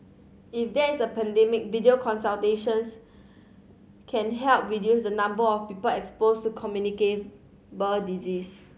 if there is a pandemic video consultations can help reduce the number of people exposed to communicable disease